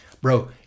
bro